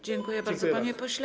Dziękuję bardzo, pani pośle.